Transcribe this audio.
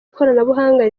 koranabuhanga